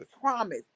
promise